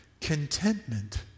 Contentment